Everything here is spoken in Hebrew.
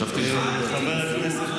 השבתי לך בפירוט, לדעתי.